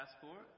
passport